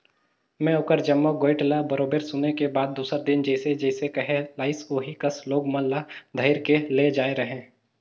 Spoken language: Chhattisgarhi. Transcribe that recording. में ओखर जम्मो गोयठ ल बरोबर सुने के बाद दूसर दिन जइसे जइसे कहे लाइस ओही कस लोग मन ल धइर के ले जायें रहें